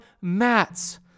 mats